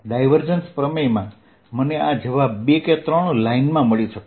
divergence પ્રમેયમાં મને આ જવાબ બે કે ત્રણ લાઇનમાં મળ્યો